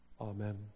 Amen